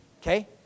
okay